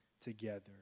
together